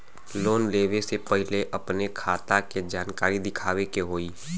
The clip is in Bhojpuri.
लोन लेवे से पहिले अपने खाता के जानकारी दिखावे के होई?